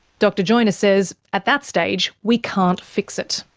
dr joiner says, at that stage we can't fix it.